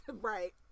Right